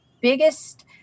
biggest